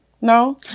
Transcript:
no